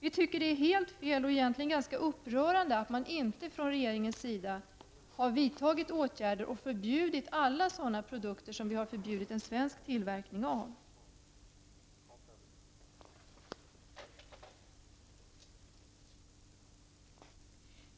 Det är uppenbart fel och egentligen ganska upprörande att man inte från regeringens sida har vidtagit åtgärder för att förbjuda alla dessa produkter som vi har förbjudit svensk tillverkning av.